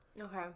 Okay